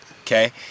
okay